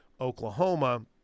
Oklahoma